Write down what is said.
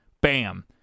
Bam